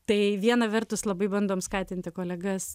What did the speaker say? tai viena vertus labai bandom skatinti kolegas